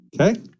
Okay